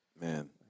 Man